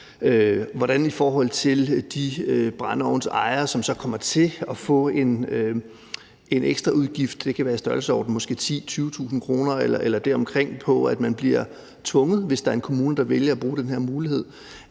være i forhold til brændeovnsejere, som så kommer til at få en ekstraudgift – det kan være i størrelsesordenen måske 10.000-20.000 kr. eller deromkring – ved at de bliver tvunget, hvis der er en kommune, der vælger at bruge den her mulighed?